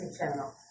channel